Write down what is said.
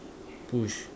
push